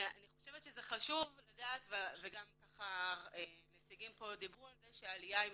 חשוב לדעת וגם הנציגים דיברו על כך שהעלייה מתמשכת.